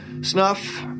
Snuff